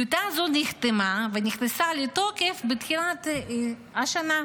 טיוטה זו נחתמה ונכנסה לתוקף בתחילת השנה,